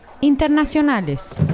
Internacionales